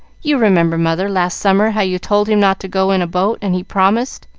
you remember, mother, last summer, how you told him not to go in a boat and he promised,